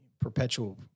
perpetual